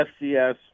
FCS